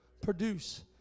produce